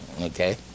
Okay